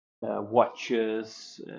watches